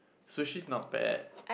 sushi's not bad